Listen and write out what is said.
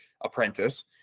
apprentice